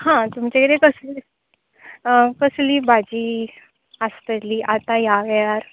हां तुमचे कडेन कसलें कसली भाजी आसतली आतां ह्या वेळार